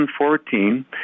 2014